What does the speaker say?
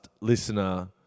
listener